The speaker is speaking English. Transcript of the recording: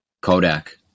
Kodak